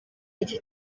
iki